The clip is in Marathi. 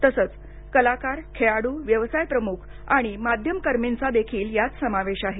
तसच कलाकार खेळाडू व्यवसाय प्रमुख आणि माध्यमकर्मींचा देखील यात समावेश आहे